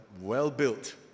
well-built